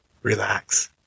Relax